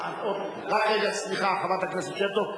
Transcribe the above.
רק רגע, סליחה, חברת הכנסת שמטוב.